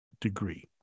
degree